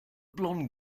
blonde